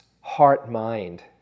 heart-mind